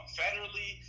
federally